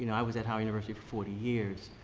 and i was at howard university for forty years.